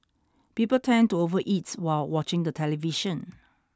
people tend to overeat while watching the television